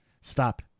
Stop